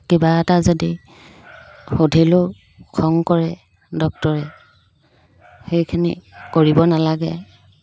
কিবা এটা যদি সুধিলেও খং কৰে ডক্তৰে সেইখিনি কৰিব নালাগে